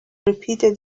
repeated